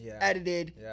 edited